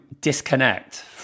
disconnect